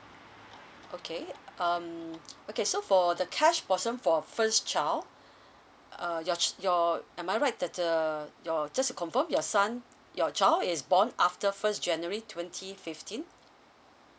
okay um okay so for the cash portion for first child uh yo~ your am I right that uh your just to confirm your son your child is born after first january twenty fifteen